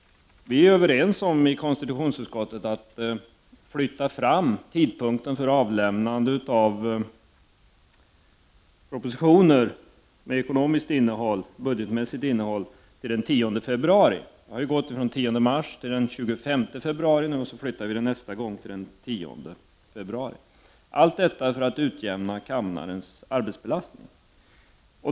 Vi är i konstitutionsutskottet överens om att flytta fram tidpunkten för avlämnande av propositioner med budgetmässigt innehåll till den 10 februari. Den har ändrats från den 10 mars till den 25 februari, och nästa gång flyttar vi den alltså till den 10 februari — allt för att utjämna kammarens arbetsbelastning.